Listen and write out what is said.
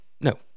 No